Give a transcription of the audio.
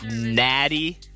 Natty